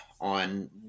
on